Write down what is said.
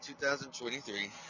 2023